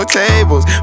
tables